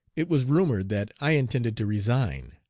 it was rumored that i intended to resign.